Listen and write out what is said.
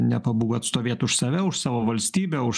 nepabūgo atstovėti už save už savo valstybę už